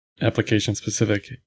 application-specific